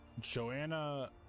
Joanna